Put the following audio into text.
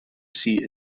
seat